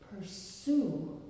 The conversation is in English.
Pursue